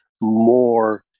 more